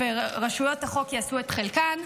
ורשויות החוק יעשו את חלקן.